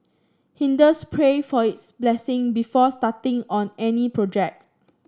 Hindus pray for his blessing before starting on any project